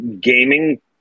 gaming